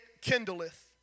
kindleth